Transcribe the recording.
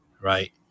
right